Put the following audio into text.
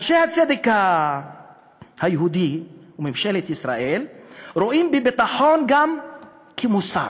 אנשי הצדק היהודי וממשלת ישראל רואים בביטחון גם מוסר.